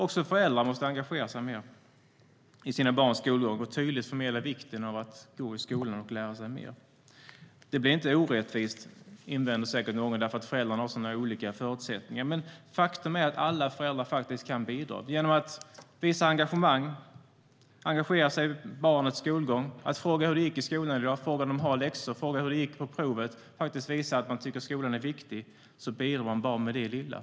Också föräldrar måste engagera sig mer i sina barns skoldag och tydligt förmedla vikten av att gå i skolan och lära sig mer. Blir inte det orättvist invänder säkert någon, eftersom föräldrar har så olika förutsättningar? Men faktum är att alla föräldrar kan bidra. Det kan de göra genom att visa engagemang och engagera sig i barnets skolgång. De kan fråga hur det gick i skolan, fråga om de har läxor eller fråga hur det gick på provet. Om de visar att de tycker skolan är viktig bidrar de bara med det lilla.